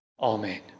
Amen